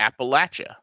Appalachia